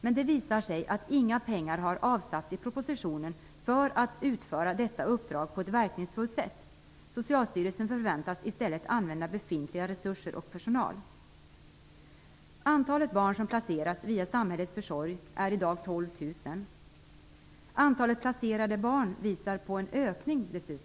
Men det visar sig att inga pengar har avsatts i propositionen för att man skall kunna utföra detta uppdrag på ett verkningsfullt sätt. Socialstyrelsen förväntas i stället använda befintliga resurser och personal. Antalet barn som placeras via samhällets försorg är i dag 12 000.